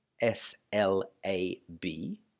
S-L-A-B